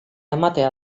ematea